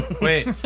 Wait